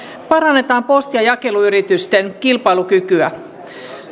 jakeluyritysten kilpailukykyä